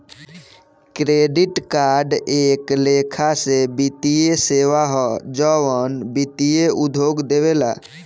credit card एक लेखा से वित्तीय सेवा ह जवन वित्तीय उद्योग देवेला